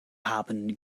haben